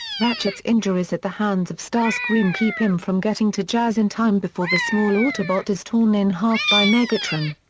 ratchet's injuries at the hands of starscream keep him from getting to jazz in time before the small autobot is torn in half by megatron.